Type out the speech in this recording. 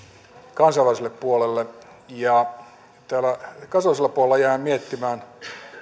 kansainväliselle puolelle täällä kansainvälisellä puolella jäin